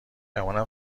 گمونم